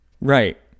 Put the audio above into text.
right